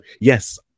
yes